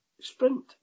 sprint